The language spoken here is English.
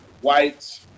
white